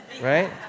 Right